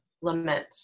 lament